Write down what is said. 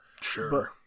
Sure